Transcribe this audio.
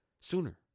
sooner